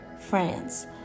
France